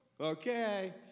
Okay